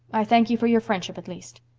i thank you for your friendship, at least.